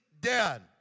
dead